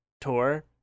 Tour